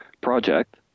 Project